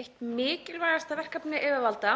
Eitt mikilvægasta verkefni yfirvalda